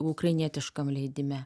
ukrainietiškam leidime